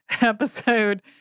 episode